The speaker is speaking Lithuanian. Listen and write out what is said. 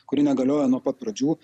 kuri negalioja nuo pat pradžių